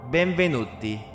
Benvenuti